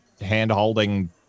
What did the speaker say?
hand-holding